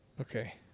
Okay